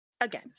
again